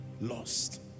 lost